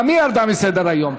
גם היא ירדה מסדר-היום.